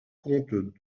comte